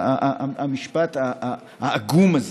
מאיפה בא המשפט העגום הזה?